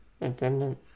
Attendant